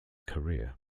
career